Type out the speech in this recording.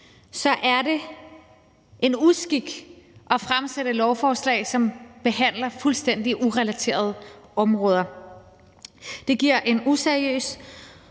så er det en uskik at fremsætte lovforslag, som behandler fuldstændig urelaterede områder. Det giver en useriøs